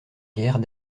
guerre